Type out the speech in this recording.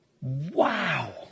Wow